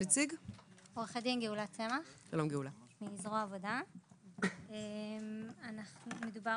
מדובר